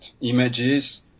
images